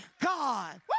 God